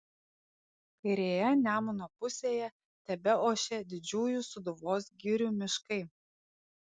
kairėje nemuno pusėje tebeošė didžiųjų sūduvos girių miškai